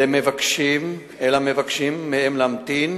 אלא מבקשים מהם להמתין